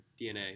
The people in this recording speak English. DNA